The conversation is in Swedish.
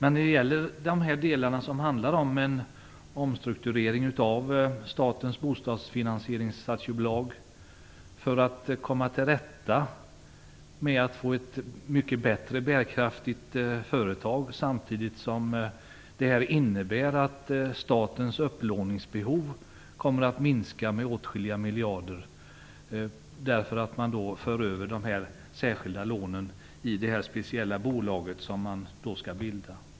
Nu gäller det en omstrukturering av statens bostadsfinansieringsaktiebolag för att få ett bättre och mer bärkraftigt företag samtidigt som statens upplåningsbehov minskas med åtskilliga miljarder, eftersom de särskilda lånen förs över till det speciella bolag som man skall bilda.